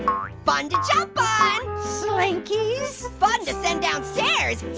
fun to jump on. slinkys. fun to send down stairs.